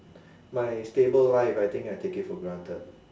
my stable life I think I take it for granted